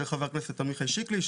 וחבר הכנסת עמיחי שקלי,